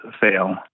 fail